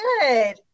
Good